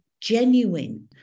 genuine